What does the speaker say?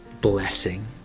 blessing